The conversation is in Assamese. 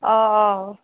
অ অ